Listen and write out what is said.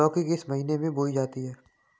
लौकी किस महीने में बोई जाती है?